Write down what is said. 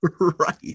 right